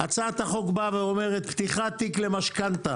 הצעת החוק באה ואומרת, פתיחת תיק למשכנתה,